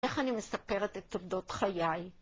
איך אני מספרת את תולדות חיי?